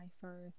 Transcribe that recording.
first